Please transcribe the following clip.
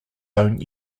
own